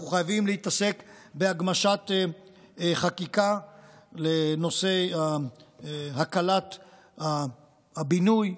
אנחנו חייבים להתעסק בהגמשת חקיקה בנושא הקלת הבינוי,